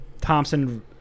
Thompson